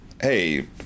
hey